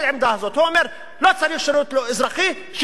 הוא אומר: לא צריך שירות אזרחי, שילכו לעבוד.